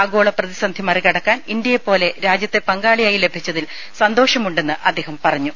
ആഗോള പ്രതിസന്ധി മറികടക്കാൻ ഇന്ത്യയെപ്പോലെ രാജ്യത്തെ പങ്കാളിയായി ലഭിച്ചതിൽ സന്തോഷമുണ്ടെന്ന് അദ്ദേഹം പറഞ്ഞു